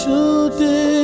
Today